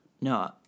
No